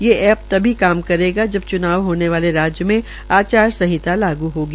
यह ऐप तभी काम करेगा जब च्नाव होने वाले राज्य में आचार संहिता लागू होगी